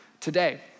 today